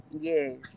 Yes